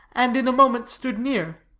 and in a moment stood near,